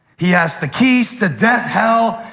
he has the keys to death, hell,